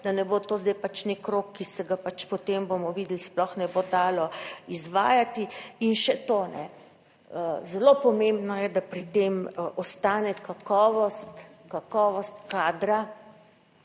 Da ne bo to zdaj pač nek rok, ki se ga pač potem, bomo videli, sploh ne bo dalo izvajati. In še to, zelo pomembno je da pri tem ostane kakovost,